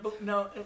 no